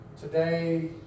today